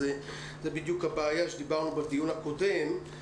זאת הבעיה שעליה דיברנו בדיון הקודם.